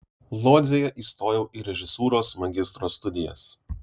lodzėje įstojau į režisūros magistro studijas